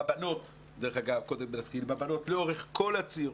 בבנות, לאורך כל הציר,